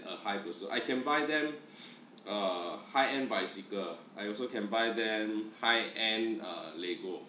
a hype also I can buy them uh high-end bicycle I also can buy then high-end uh lego